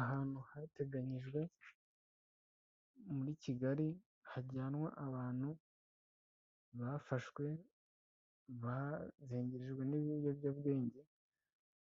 Ahantu hateganyijwe muri Kigali hajyanwa abantu bafashwe bazengerejwe n'ibiyobyabwenge